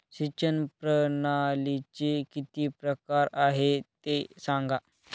सिंचन प्रणालीचे किती प्रकार आहे ते सांगा